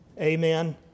Amen